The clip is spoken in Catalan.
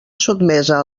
sotmesa